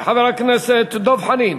חבר הכנסת דב חנין.